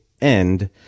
end